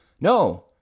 No